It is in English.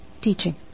teaching